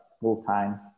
full-time